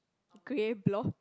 grey block